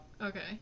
Okay